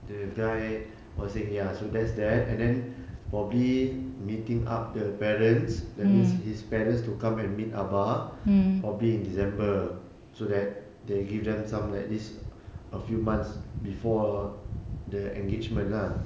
the guy was saying ya so there's that and then probably meeting up the parents that means his parents to come and meet abah probably in december so that they give them some at least a few months before the engagement lah